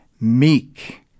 meek